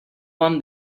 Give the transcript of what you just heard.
one